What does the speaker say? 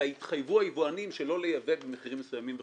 אלא היבואנים התחייבו שלא לייבא במחירים מסוימים וכו'.